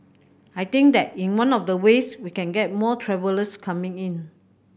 I think that in one of the ways we can get more travellers coming in